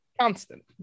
Constant